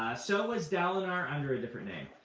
so was dalinar, under a different name.